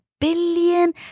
billion